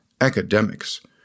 academics